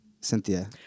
Cynthia